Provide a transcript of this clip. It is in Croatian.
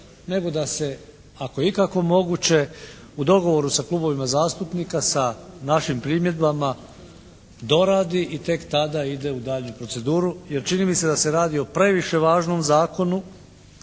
nego da se ako je ikako moguće u dogovoru sa klubovima zastupnika sa našim primjedbama doradi i tek tada ide u daljnju proceduru jer čini mi se da se radi o previše važnom zakonu